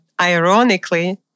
ironically